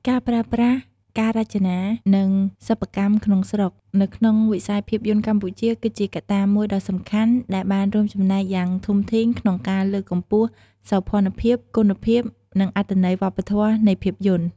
ការប្រើប្រាស់ ការរចនា និងសិប្បកម្មក្នុងស្រុក នៅក្នុងវិស័យភាពយន្តកម្ពុជា គឺជាកត្តាមួយដ៏សំខាន់ដែលបានរួមចំណែកយ៉ាងធំធេងក្នុងការលើកកម្ពស់សោភ័ណភាព គុណភាព និងអត្ថន័យវប្បធម៌នៃភាពយន្ត។